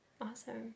awesome